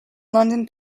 london